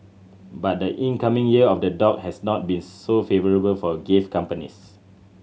but the incoming Year of the Dog has not been so favourable for gift companies